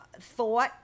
thought